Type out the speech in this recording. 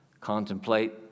contemplate